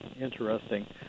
interesting